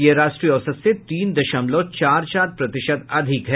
यह राष्ट्रीय औसत से तीन दशमलव चार चार प्रतिशत अधिक है